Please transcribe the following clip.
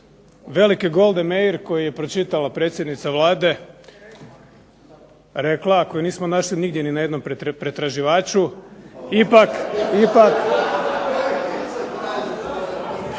velike Goldae Meir koji je pročitala predsjednica Vlade rekla, a koji nismo našli nigdje ni na jednom pretraživaču, ipak.